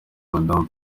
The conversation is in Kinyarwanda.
madamu